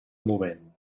moment